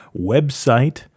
website